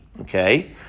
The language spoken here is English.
Okay